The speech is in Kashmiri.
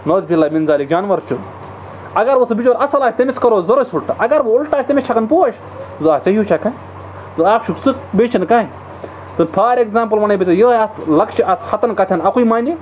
نوٚوزِ بِلّا مےٚ باسان جانوَر چھُ اگر وۅنۍ سُہ بِچور اَصٕل آسہِ تٔمِس کَرو ضروٗر اُلٹہٕ اگر وۅنۍ اُلٹہٕ آسہِ تٔمِس چھَکَن پوش زِ آ ژےٚ ہیٛوٗ چھا کانٛہہ زِ اَکھ چھُکھ ژٕ بیٚیہِ چھُنہٕ کِہیٖنٛۍ تہٕ فار ایٚگزامپُل وَنے بہٕ ژےٚ یِہَے اَتھ لۅکچہِ کتھِ ہَتَن کَتھن اَکُے مانے